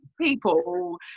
people